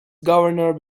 governor